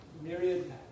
myriad